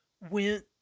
went